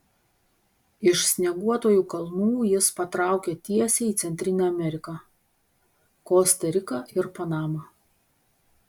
iš snieguotųjų kalnų jis patraukė tiesiai į centrinę ameriką kosta riką ir panamą